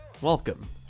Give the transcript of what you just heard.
welcome